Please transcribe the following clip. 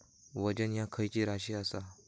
वजन ह्या खैची राशी असा?